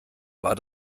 war